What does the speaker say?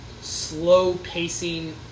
slow-pacing